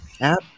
app